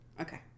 okay